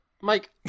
Mike